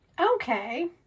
Okay